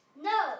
No